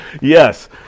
Yes